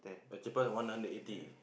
cheaper ah one hundred eighty